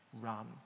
run